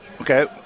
Okay